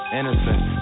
innocent